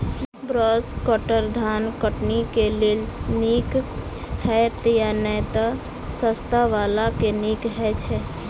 Brush cutter धान कटनी केँ लेल नीक हएत या नै तऽ सस्ता वला केँ नीक हय छै?